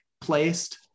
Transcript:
placed